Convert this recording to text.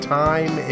time